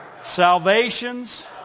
Salvations